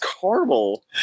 caramel